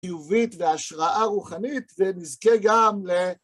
חיובית והשראה רוחנית, ונזכה גם ל...